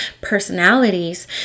personalities